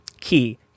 key